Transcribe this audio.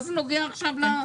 מה זה נוגע עכשיו --?